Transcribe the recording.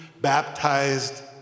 baptized